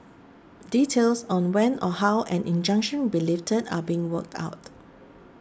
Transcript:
details on when or how an injunction will be lifted are being worked out